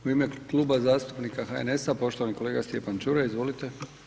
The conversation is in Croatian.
U ime Kluba zastupnika HNS-a poštovani kolega Stjepan Čuraj, izvolite.